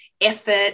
effort